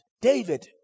David